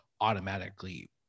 automatically